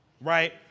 right